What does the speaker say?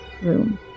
room